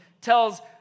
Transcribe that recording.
tells